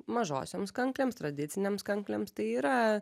mažosioms kanklėms tradicinėms kanklėms tai yra